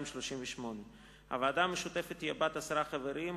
238. הוועדה המשותפת תהיה בת עשרה חברים,